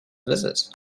visit